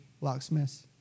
Locksmiths